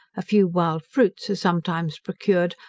a few wild fruits are sometimes procured,